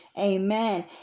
Amen